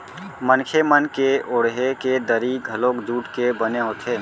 मनखे मन के ओड़हे के दरी घलोक जूट के बने होथे